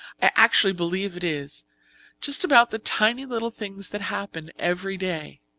i actually believe it is just about the tiny little things that happened every day.